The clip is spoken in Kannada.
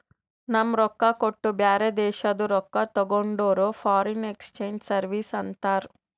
ನಮ್ ರೊಕ್ಕಾ ಕೊಟ್ಟು ಬ್ಯಾರೆ ದೇಶಾದು ರೊಕ್ಕಾ ತಗೊಂಡುರ್ ಫಾರಿನ್ ಎಕ್ಸ್ಚೇಂಜ್ ಸರ್ವೀಸ್ ಅಂತಾರ್